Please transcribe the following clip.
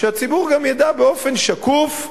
שהציבור גם ידע באופן שקוף,